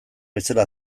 bezala